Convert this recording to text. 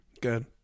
Good